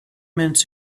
minutes